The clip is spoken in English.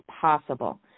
possible